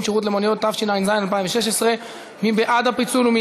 התקשורת, מבקשת שנעצור אותה.